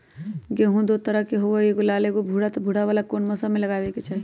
गेंहू दो तरह के होअ ली एगो लाल एगो भूरा त भूरा वाला कौन मौसम मे लगाबे के चाहि?